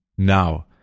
Now